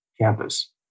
campus